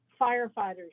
firefighters